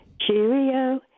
Cheerio